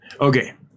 okay